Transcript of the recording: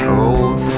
old